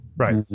Right